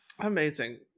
Amazing